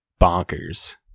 bonkers